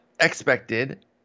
expected